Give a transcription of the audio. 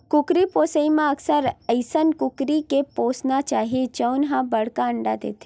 कुकरी पोसइ म अक्सर अइसन कुकरी के पोसना चाही जउन ह बड़का अंडा देथे